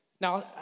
Now